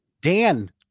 Dan